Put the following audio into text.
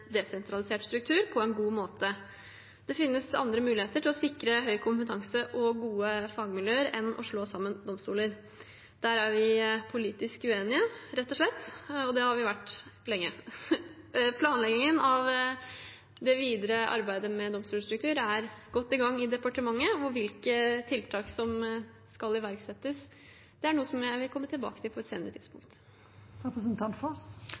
desentralisert struktur. Det finnes andre muligheter til å sikre høy kompetanse og gode fagmiljøer enn å slå sammen domstoler. Der er vi politisk uenige, rett og slett, og det har vi vært lenge. Planleggingen av det videre arbeidet med domstolstruktur er godt i gang i departementet. Hvilke tiltak som skal iverksettes, er noe jeg vil komme tilbake til på et senere